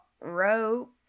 rope